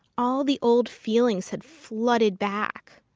all the old feelings had flooded back.